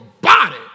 body